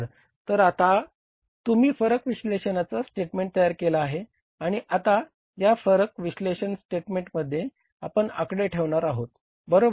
तर आता तुम्ही फरक विश्लेषणाचा स्टेटमेंट तयार केला आहे आणि आता या फरक विश्लेषण स्टेटमेंटमध्ये आपण आकडे ठेवणार आहोत बरोबर